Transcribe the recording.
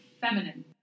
feminine